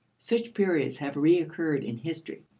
such periods have recurred in history.